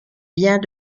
vient